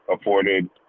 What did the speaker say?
afforded